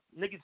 niggas